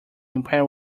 empire